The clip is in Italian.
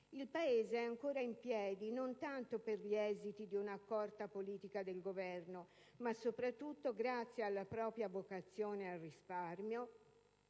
Il Paese è ancora in piedi, non tanto per gli esiti di un'accorta politica del Governo, ma soprattutto grazie alla propria vocazione al risparmio